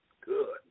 Good